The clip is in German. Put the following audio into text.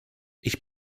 ich